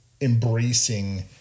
embracing